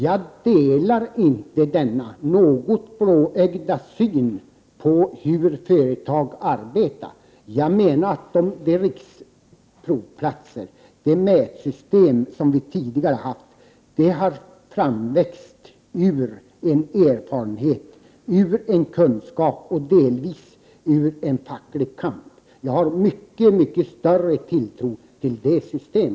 Jag delar inte denna något blåögda syn på hur företag arbetar. De riksprovplatser och det mätsystem som vi tidigare haft har växt fram ur en erfarenhet, ur en kunskap och delvis ur en facklig kamp. Jag har mycket större tilltro till detta system.